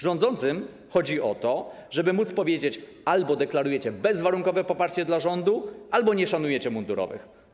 Rządzącym chodzi o to, żeby móc powiedzieć: albo deklarujecie bezwarunkowe poparcie dla rządu, albo nie szanujcie mundurowych.